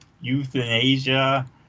euthanasia